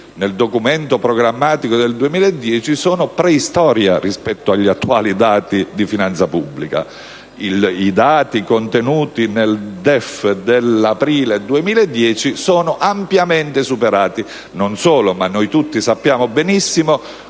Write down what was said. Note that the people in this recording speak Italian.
nel documento programmatico del 2010, sono preistoria rispetto agli attuali dati di finanza pubblica. I dati contenuti nel DEF dell'aprile 2011 sono ampiamente superati. Non solo, ma noi tutti sappiamo benissimo